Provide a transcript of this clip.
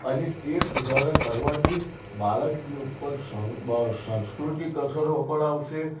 અને એ સુધારા કરવાથી બાળકની ઉપર સાંસ્કૃતિક અસરો પણ આવશે